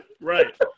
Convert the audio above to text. Right